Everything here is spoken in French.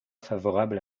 favorable